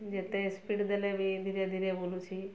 ଯେତେ ସ୍ପିଡ଼ ଦେଲେ ବି ଧୀରେ ଧୀରେ ବୁଲୁଛି